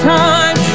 time